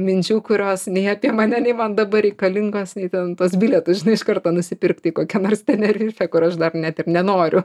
minčių kurios nei apie mane nei man dabar reikalingos nei ten tuos bilietus žinai iš karto nusipirkt į kokią nors tenerifę kur aš dar net ir nenoriu